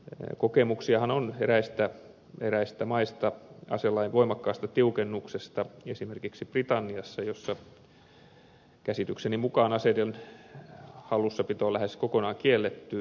kokemuksiahan on eräistä maista aselain voimakkaasta tiukennuksesta esimerkiksi britanniasta missä käsitykseni mukaa aseiden hallussapito on lähes kokonaan kielletty